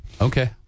Okay